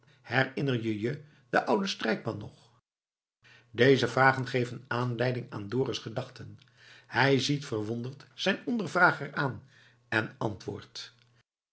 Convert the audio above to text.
herinner je je den ouden strijkman nog deze vragen geven afleiding aan dorus gedachten hij ziet verwonderd zijn ondervrager aan en antwoordt